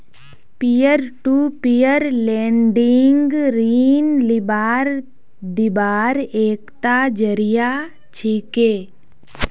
peer to peer lending ऋण लीबार दिबार एकता जरिया छिके